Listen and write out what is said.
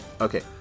Okay